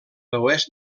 oest